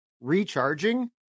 recharging